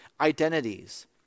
identities